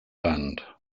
band